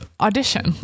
audition